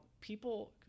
people